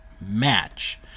match